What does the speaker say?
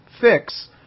fix